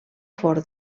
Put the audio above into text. forn